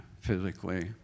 physically